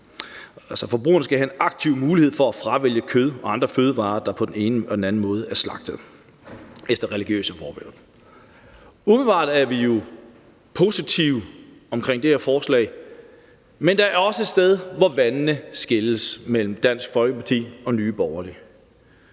Forbrugerne skal altså have en aktiv mulighed for at fravælge kød og andre fødevarer, der på den ene og den anden måde er slagtet efter religiøse forskrifter. Umiddelbart er vi jo positive omkring det her forslag, men der er også et sted, hvor vandene skilles mellem Dansk Folkeparti og Nye Borgerlige,